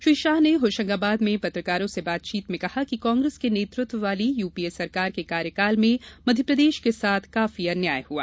श्री शाह ने होशंगाबाद में पत्रकारों से बातचीत में कहा कि कांग्रेस के नेतृत्व वाली यूपीए सरकार के कार्यकाल में मध्यप्रदेश के साथ काफी अन्याय हआ